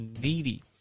needy